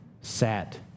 sat